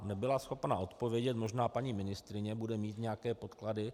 Nebyla schopna odpovědět, možná paní ministryně bude mít nějaké podklady.